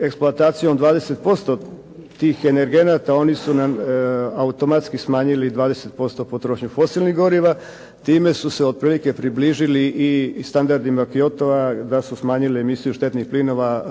eksploatacijom 20% tih energenata oni su automatski smanjili 20% potrošnje fosilnih goriva, time su se otprilike približili i standardima Kyoto-a da su smanjili emisiju štetnih plinova